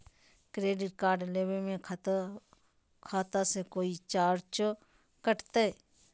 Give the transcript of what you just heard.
Credit card लेवे में खाता से कोई चार्जो कटतई?